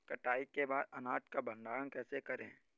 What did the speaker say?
कटाई के बाद अनाज का भंडारण कैसे करें?